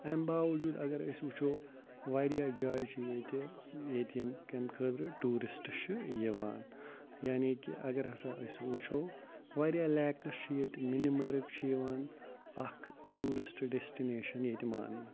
اَمہِ باؤجوٗد اَگر أسۍ وٕچھو واریاہ جایہِ چھِ ییٚتہِ ییٚتہِ یِم کَمہِ خٲطرٕ ٹوٗرِسٹ چھِ یِوان یعنی کہِ اَگر ہسا أسۍ وٕچھو واریاہ لیکس چھِ ییٚتہِ مِنِمٔرگ چھِ یِوان اکھ ٹوٗرِسٹ ڈیسٹِنیشن ییٚتہِ ماننہٕ